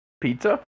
Pizza